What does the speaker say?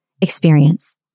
experience